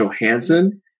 Johansson